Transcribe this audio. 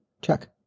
Check